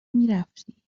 میرفتی